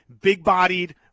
big-bodied